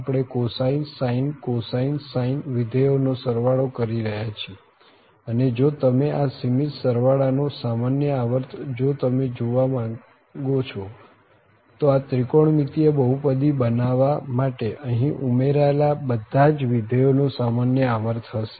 આપણે cosine sine cosine sine વિધેયો નો સરવાળો કરી રહ્યા છીએ અને જો તમે આ સીમિત સરવાળા નો સામાન્ય આવર્ત જો તમે જોવા માંગો છો તો આ ત્રિકોણમિતિય બહુપદી બનાવવા માટે અહીં ઉમેરાયેલા બધા જ વિધેયો નો સામાન્ય આવર્ત હશે